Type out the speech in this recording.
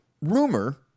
rumor